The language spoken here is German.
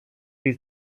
die